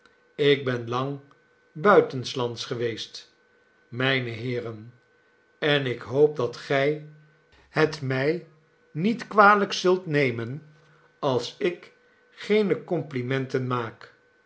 ik ben lang buitenslands geweest mijne heeren en ik hoop dat gij het mij niet kwalijk zult nemen als ik geene complimenten maak